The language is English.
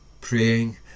praying